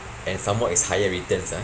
and some more is higher returns ah